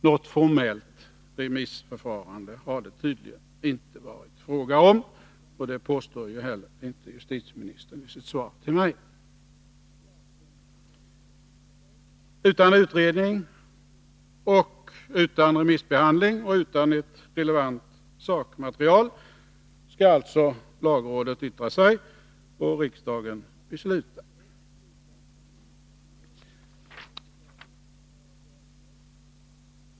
Något formellt remissförfarande har det tydligen inte varit fråga om, och det påstår inte heller justitieministern i sitt svar till mig. Utan utredning, utan remissbehandling och utan ett relevant sakmaterial skall alltså lagrådet yttra sig och riksdagen besluta.